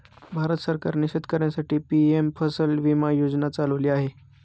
भारत सरकारने शेतकऱ्यांसाठी पी.एम फसल विमा योजना चालवली आहे